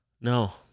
no